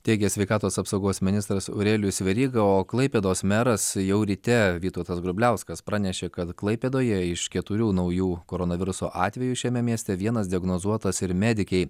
teigė sveikatos apsaugos ministras aurelijus veryga o klaipėdos meras jau ryte vytautas grubliauskas pranešė kad klaipėdoje iš keturių naujų koronaviruso atvejų šiame mieste vienas diagnozuotas ir medikei